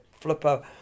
flipper